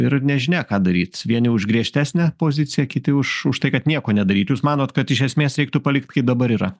ir nežinia ką daryt vieni už griežtesnę poziciją kiti už už tai kad nieko nedaryt jūs manot kad iš esmės reiktų palikt kaip dabar yra